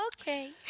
Okay